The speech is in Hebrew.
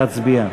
נא להצביע.